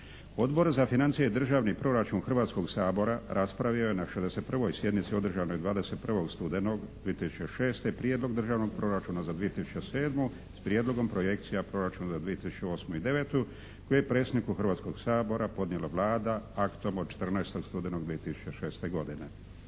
Odbor za financije i državni proračun Hrvatskog sabora raspravio je na 61. sjednici održanoj 21. studenog 2006. Prijedlog državnog proračuna za 2007. s prijedlogom projekcija proračuna za 2008. i 2009., te je predsjedniku Sabora podnijela Vlada aktom od 14. studenog 2006. godine.